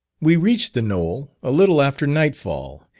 we reached the knoll a little after nightfall,